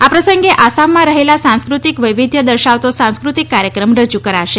આ પ્રસંગે આસામમાં રહેલા સાંસ્કૃતિક વૈવિધ્ય દર્શાવતો સાંસ્કૃતિક કાર્યક્રમ રજૂ કરાશે